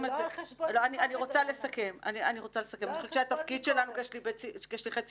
אני חושבת שהתפקיד שלנו כשליחי ציבור,